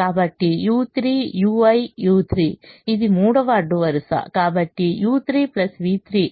కాబట్టిu3 ui u3 ఇది మూడవ అడ్డు వరుస కాబట్టి u3 v3